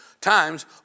times